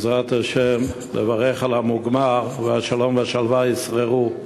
בעזרת השם, לברך על המוגמר והשלום והשלווה ישררו.